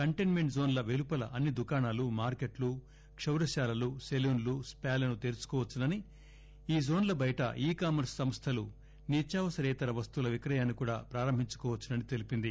containment జోన్ల పెలుపల అన్ని దుకాణాలు మార్కెట్లు క్షారశాలలు సెలూన్లు స్పాలను తెరచుకోవచ్చునని ఈ జోన్ల బయట ఈ కామర్చ్ సంస్థలు నిత్యావసరేతర వస్తువుల విక్రయాన్ని కూడా ప్రారంభించుకోవచ్చునని తెలిపింది